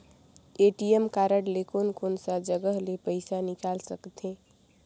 ATM card ले कोन कोन सा जगह ले पइसा निकाल सकथे?